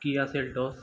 Kia Seltos